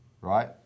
right